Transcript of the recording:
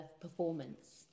performance